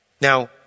Now